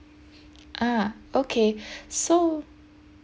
ah okay so